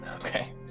Okay